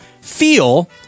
feel